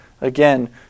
again